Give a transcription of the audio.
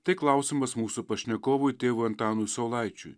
tai klausimas mūsų pašnekovui tėvui antanui saulaičiui